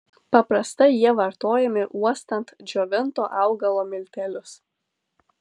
paprastai jie vartojami uostant džiovinto augalo miltelius